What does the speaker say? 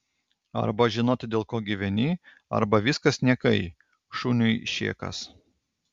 arba žinoti dėl ko gyveni arba viskas niekai šuniui šėkas